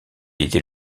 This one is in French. était